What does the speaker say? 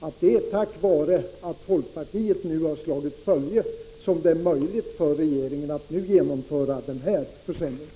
att det är tack vare att folkpartiet nu har slagit följe som det är möjligt för regeringen att nu genomföra den här försämringen.